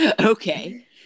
Okay